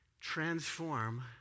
transform